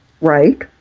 Right